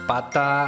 Pata